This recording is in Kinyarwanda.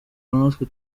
natwe